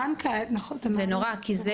אין לנו ברירה אלא לצאת